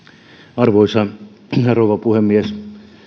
arvoisa arvoisa rouva puhemies